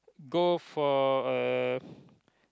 go for a